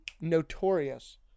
notorious